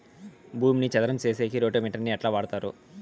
భూమిని చదరం సేసేకి రోటివేటర్ ని ఎట్లా వాడుతారు?